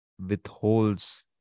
withholds